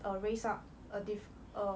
err raise up a diff~ err